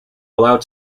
allowed